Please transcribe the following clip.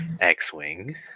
X-Wing